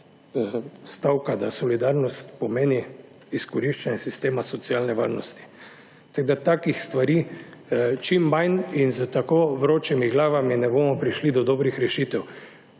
stavka, da solidarnost pomeni izkoriščanje sistema socialne varnosti. Tako, da takih stvari čim manj in s tako vročimi glavami ne bomo prišli do dobrih rešitev.